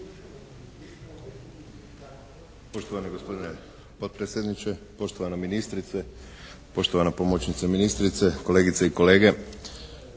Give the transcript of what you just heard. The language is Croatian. Poštovani gospodine potpredsjedniče, poštovana ministrice, poštovana pomoćnice ministrice, kolegice i kolege.